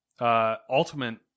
Ultimate